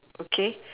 okay